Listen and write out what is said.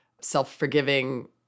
self-forgiving